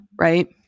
right